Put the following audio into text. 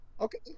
Okay